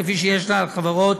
כפי שיש לה על חברות